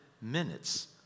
minutes